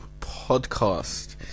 podcast